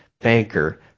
banker